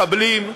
מחבלים,